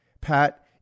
Pat